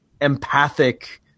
empathic